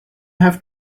have